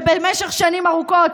שבמשך שנים ארוכות,